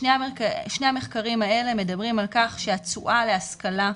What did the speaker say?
שני המחקרים האלה מדברים על כך שהתשואה להשכלה אקדמית,